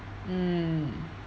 mm